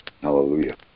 Hallelujah